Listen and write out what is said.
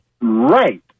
Right